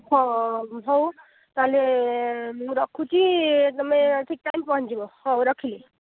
ହେଉ ତା'ହେଲେ ମୁଁ ରଖୁଛି ତୁମେ ଠିକ୍ ଟାଇମ୍ରେ ପହଞ୍ଚିବ ହେଉ ରଖିଲି